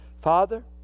Father